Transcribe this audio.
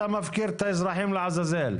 אתה מפקיר את האזרחים לעזאזל.